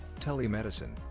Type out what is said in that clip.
Telemedicine